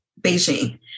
Beijing